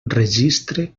registre